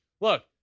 look